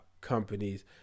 companies